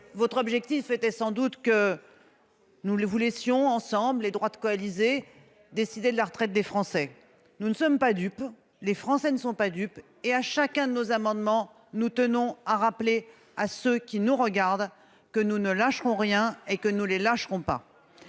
Votre objectif était sans doute que nous vous laisserions ensemble, les droites coalisées, décider de la retraite des Français. Nous ne sommes pas dupes, les Français non plus, et, à chacun de nos amendements, nous tenons à rappeler à ceux qui nous regardent que nous ne lâcherons rien et que nous ne les lâcherons pas.